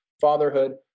Fatherhood